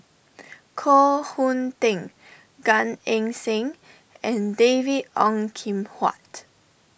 Koh Hoon Teck Gan Eng Seng and David Ong Kim Huat